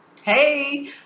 Hey